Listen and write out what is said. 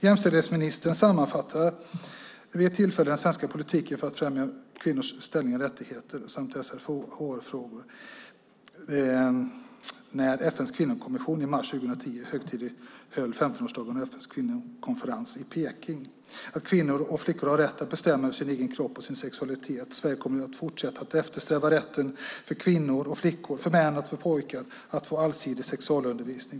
Jämställdhetsministern sammanfattade vid ett tillfälle den svenska politiken för att främja kvinnors ställning och rättigheter och SRHR-frågor när FN:s kvinnokommission i mars 2010 högtidlighöll 15-årsdagen av FN:s kvinnokonferens i Peking så här: Kvinnor och flickor har rätt att bestämma över sin egen kropp och sin sexualitet. Sverige kommer att fortsätta att eftersträva rätten för kvinnor och flickor, för män och pojkar att få allsidig sexualundervisning.